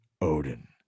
Odin